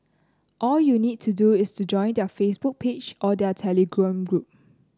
all you need to do is to join their Facebook page or their Telegram group